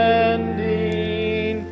ending